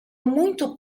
muito